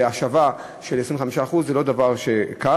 השבה של 25%. זה לא דבר קל.